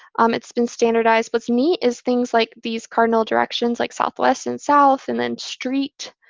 um it's been standardized. what's neat is things like these cardinal directions, like southwest and south, and then street,